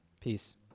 Peace